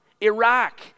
Iraq